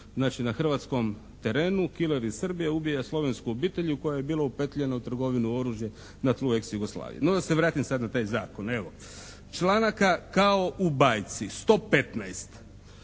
Znači na hrvatskom terenu killer iz Srbije ubija slovensku obitelj koja je bila upetljana u trgovinu oružja na tlu ex Jugoslavije. No, da se vratim sad na taj zakon. Evo, članaka kao u bajci, 115.